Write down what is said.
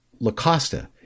LaCosta